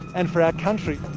and for our country.